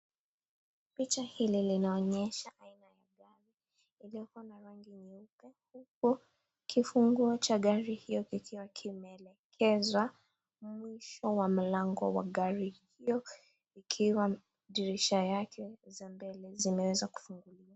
Picha hili linaonyesha aina ya gari ilioko na rangi nyeupe, huku kifuguo cha gari hio kikiwa kime elekezwa mwisho wa mlango wa gari hiyo. Ikiwa dirisha yake za mbele zimeweza kufunguliwa.